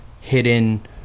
hidden